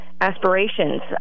aspirations